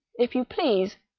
if you please,